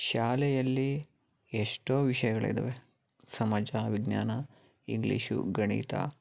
ಶಾಲೆಯಲ್ಲಿ ಎಷ್ಟೋ ವಿಷಯಗಳಿದ್ದಾವೆ ಸಮಾಜ ವಿಜ್ಞಾನ ಇಂಗ್ಲೀಷು ಗಣಿತ